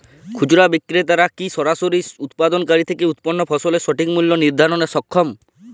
খুচরা বিক্রেতারা কী সরাসরি উৎপাদনকারী থেকে উৎপন্ন ফসলের সঠিক মূল্য নির্ধারণে সক্ষম হয়?